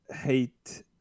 hate